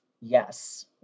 Yes